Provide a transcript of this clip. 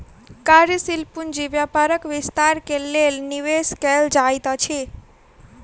कार्यशील पूंजी व्यापारक विस्तार के लेल निवेश कयल जाइत अछि